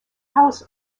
house